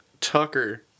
Tucker